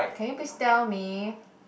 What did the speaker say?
can you please tell me